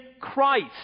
Christ